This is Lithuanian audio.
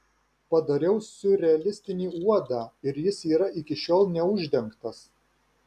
padariau siurrealistinį uodą ir jis yra iki šiol neuždengtas